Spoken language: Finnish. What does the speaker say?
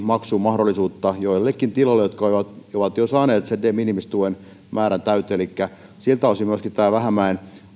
maksumahdollisuutta joillekin tiloille jotka ovat jo saaneet sen de minimis tuen määrän täyteen elikkä siltä osin tämä vähämäen